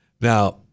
Now